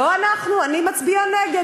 לא אנחנו, אני מצביעה נגד.